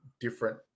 different